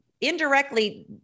indirectly